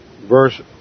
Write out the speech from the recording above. verse